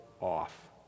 off